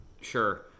Sure